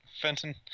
fenton